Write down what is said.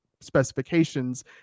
specifications